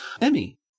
Emmy